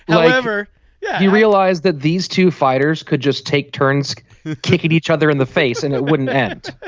well i never yeah realized that these two fighters could just take turns kicking each other in the face and it wouldn't end.